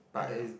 I don't know